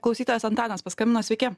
klausytojas antanas paskambino sveiki